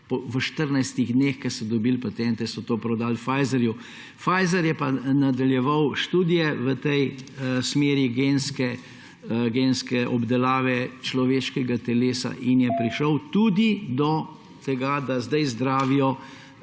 V 14 dneh, ko so dobili patente, so to prodali Pfizerju. Pfizer je pa nadaljeval študije v tem smeri genske obdelave človeškega telesa in je prišel tudi do tega, da zdaj zdravijo